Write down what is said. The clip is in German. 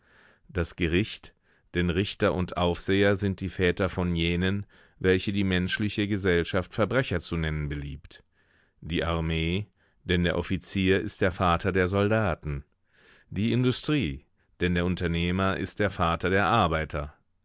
das gericht denn richter und aufseher sind die väter von jenen welche die menschliche gesellschaft verbrecher zu nennen beliebt die armee denn der offizier ist der vater der soldaten die industrie denn der unternehmer ist der vater der arbeiter